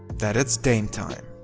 that it's dame time!